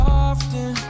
often